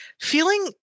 feeling